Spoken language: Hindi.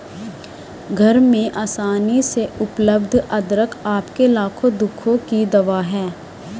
घर में आसानी से उपलब्ध अदरक आपके लाखों दुखों की दवा है